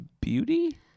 beauty